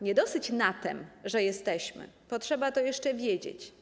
Nie dosyć na tem, że jesteśmy, potrzeba to jeszcze wiedzieć.